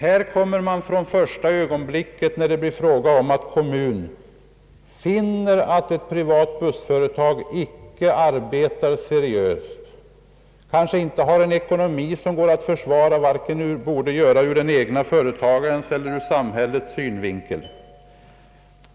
Vad som här föreslås kommer ju att tillämpas först när en kommun finner att ett privat bussföretag inte arbetar seriöst eller inte har den ekonomi som erfordras, vare sig ur företagets egen eller ur samhällets synvinkel.